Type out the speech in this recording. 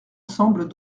semble